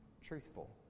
truthful